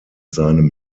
seinem